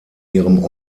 ihrem